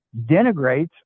denigrates